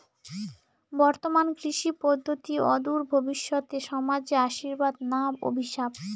বর্তমান কৃষি পদ্ধতি অদূর ভবিষ্যতে সমাজে আশীর্বাদ না অভিশাপ?